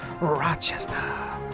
Rochester